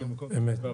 אמת.